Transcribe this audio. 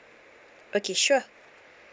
okay sure